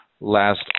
last